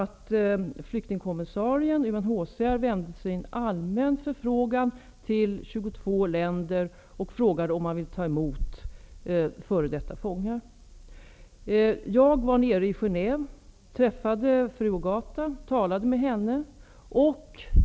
Flyktingkommissarien, UNHCR, riktade en allmän förfrågan till 22 länder om man ville ta emot f.d. fångar. Jag har varit i Genève och talat med fru Ogata.